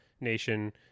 nation